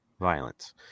violence